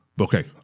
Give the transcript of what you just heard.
Okay